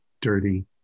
dirty